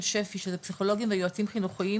שפ"י שזה פסיכולוגים ויועצים חינוכיים,